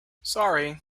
sorry